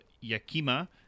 Yakima